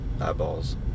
eyeballs